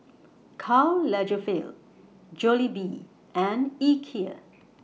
Karl Lagerfeld Jollibee and Ikea